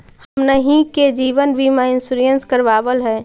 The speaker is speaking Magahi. हमनहि के जिवन बिमा इंश्योरेंस करावल है?